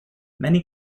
many